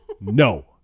no